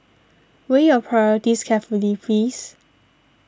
weigh your priorities carefully please